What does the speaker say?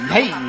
Hey